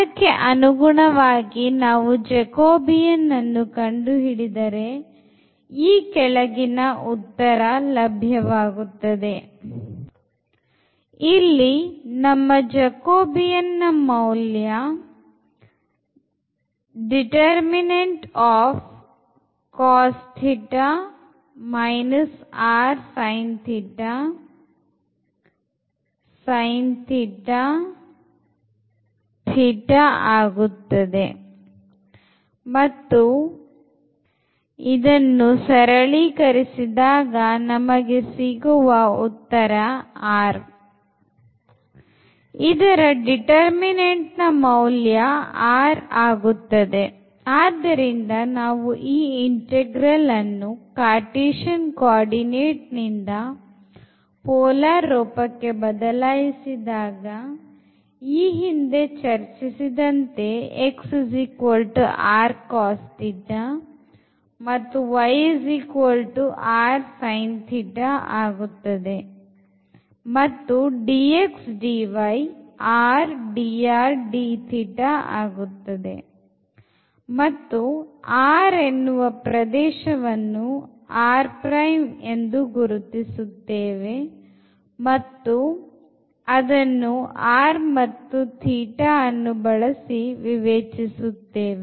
ಅದಕ್ಕೆ ಅನುಗುಣವಾಗಿ ನಾವು jacobian ನನ್ನು ಕಂಡುಹಿಡಿದರೆ ಈ ಕೆಳಗಿನ ಉತ್ತರ ಲಭ್ಯವಾಗುತ್ತದೆ ಇದರ determinantನ ಮೌಲ್ಯ r ಆಗುತ್ತದೆ ಆದ್ದರಿಂದ ನಾವು ಈ integral ಅನ್ನು cartesian coordinate ನಿಂದ ಪೋಲಾರ್ ರೂಪಕ್ಕೆ ಬದಲಾಯಿಸಿದಾಗ ಹಿಂದೆ ಚರ್ಚಿಸಿದಂತೆ x ಮತ್ತು y ಆಗುತ್ತದೆ dx dy rdrdθಆಗುತ್ತದೆ ಮತ್ತು R ಅನ್ನುವ ಪ್ರದೇಶ ವನ್ನು R' ಎಂದು ಮತ್ತು ಅದನ್ನು r θ ಅನ್ನು ಬಳಸಿ ವಿವೇಚಿಸುತ್ತೇವೆ